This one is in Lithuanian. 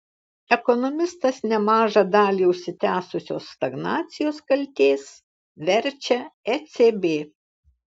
ekonomistas nemažą dalį užsitęsusios stagnacijos kaltės verčia ecb